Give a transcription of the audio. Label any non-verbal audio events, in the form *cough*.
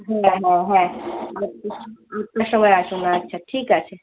হ্যাঁ হ্যাঁ হ্যাঁ *unintelligible* দেড়টার সময় আসুন আচ্ছা ঠিক আছে